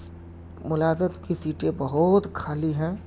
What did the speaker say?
ملازمت کی سیٹیں بہت خالی ہیں